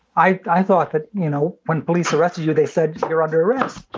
i thought that, you know, when police arrested you they said, you're under arrest.